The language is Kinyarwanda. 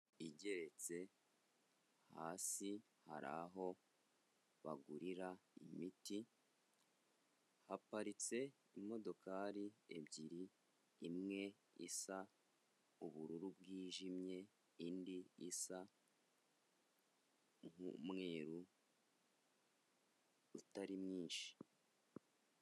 Igeretse hasi hari aho bagurira imiti haparitse imodokari ebyiri, imwe isa ubururu bwijimye, indi isa nk'umweru utari mwinshi.